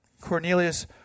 Cornelius